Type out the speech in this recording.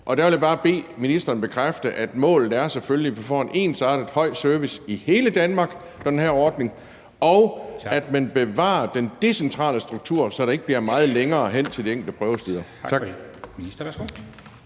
Der vil jeg bare bede ministeren bekræfte, at målet selvfølgelig er, at vi får en ensartet høj service i hele Danmark med den her ordning, og at man bevarer den decentrale struktur, så der ikke bliver meget længere hen til de enkelte prøvesteder.